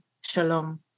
shalom